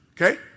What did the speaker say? Okay